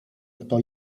kto